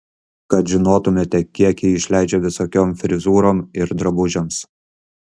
kad žinotumėte kiek ji išleidžia visokiom frizūrom ir drabužiams